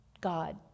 God